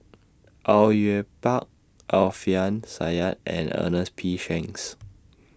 Au Yue Pak Alfian Sa'at and Ernest P Shanks